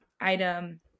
item